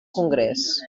congrés